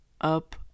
up